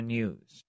News